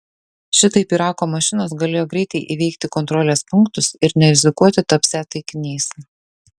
šitaip irako mašinos galėjo greitai įveikti kontrolės punktus ir nerizikuoti tapsią taikiniais